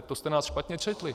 To jste nás špatně četli.